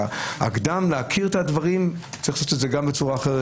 הקדם להכיר את הדברים צריך להיעשות בצורה אחרת.